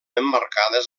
emmarcades